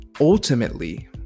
Ultimately